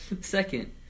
Second